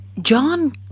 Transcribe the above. John